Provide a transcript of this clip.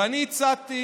ואני הצעתי